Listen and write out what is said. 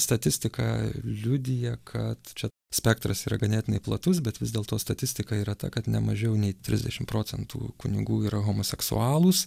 statistika liudija kad čia spektras yra ganėtinai platus bet vis dėlto statistika yra ta kad ne mažiau nei trisdešim procentų kunigų yra homoseksualūs